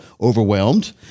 overwhelmed